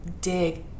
dig